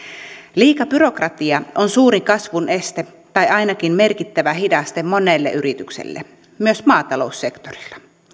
liika byrokratia on suuri kasvun este tai ainakin merkittävä hidaste monelle yritykselle myös maataloussektorilla